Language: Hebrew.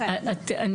גם תקציבית.